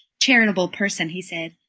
charitable person, he said,